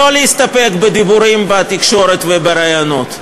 לא להסתפק בדיבורים בתקשורת ובראיונות,